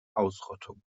ausrottung